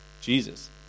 Jesus